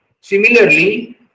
Similarly